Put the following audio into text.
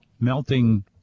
melting